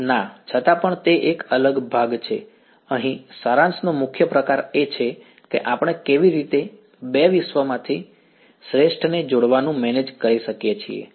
ના છતાં પણ તે એક અલગ ભાગ છે અહીં સારાંશનો મુખ્ય પ્રકાર એ છે કે આપણે કેવી રીતે 2 વિશ્વમાંથી શ્રેષ્ઠને જોડવાનું મેનેજ કરીએ છીએ